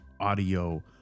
audio